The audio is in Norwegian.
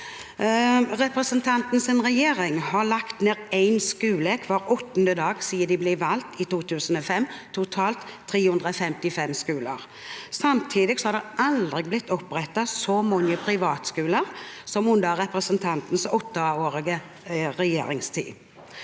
Representantens regjering la hver åttende dag siden den ble valgt i 2005, ned en skole – totalt 355 skoler. Samtidig har det aldri blitt opprettet så mange privatskoler som under representantens åtteårige regjeringstid.